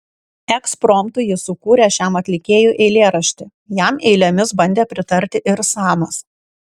ekspromtu jis sukūrė šiam atlikėjui eilėraštį jam eilėmis bandė pritarti ir samas